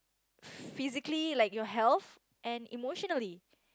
physically like your health and emotionally